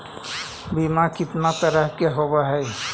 बीमा कितना तरह के होव हइ?